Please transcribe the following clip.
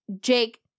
Jake